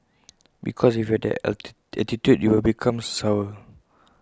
because if you have that attitude you will become sour